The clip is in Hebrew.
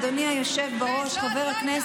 אדוני היושב בראש,